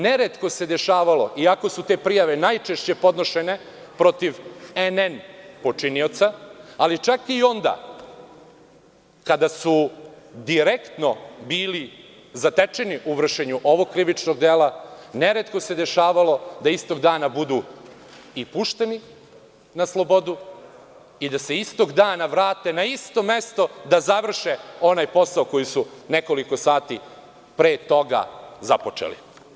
Neretko se dešavalo, iako su te prijave najčešće podnošene protiv „nn“ počinioca, ali čak i onda kada su direktno bili zatečeni u vršenju ovog krivičnog dela, neretko se dešavalo da istog dana budu i pušteni na slobodu i da se istog dana vrate na isto mesto da završe onaj posao koji su nekoliko sati pre toga započeli.